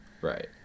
Right